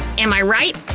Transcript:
am i right?